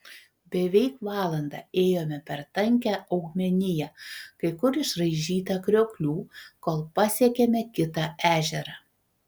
beveik valandą ėjome per tankią augmeniją kai kur išraižytą krioklių kol pasiekėme kitą ežerą